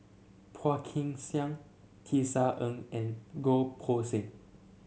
Phua Kin Siang Tisa Ng and Goh Poh Seng